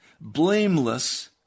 blameless